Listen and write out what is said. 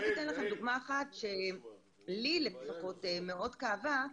אתן לכם דוגמה אחת שלי, לפחות, מאוד כאבה.